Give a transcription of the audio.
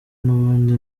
n’ubundi